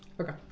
Okay